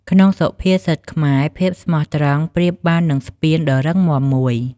ក្នុងសុភាសិតខ្មែរ ភាពស្មោះត្រង់ប្រៀបបាននឹងស្ពានដ៏រឹងមាំមួយ។